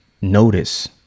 notice